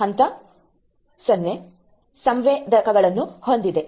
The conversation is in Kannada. ಹಂತ 0 ಸಂವೇದಕಗಳನ್ನು ಹೊಂದಿದೆ